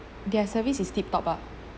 their service is tip-top up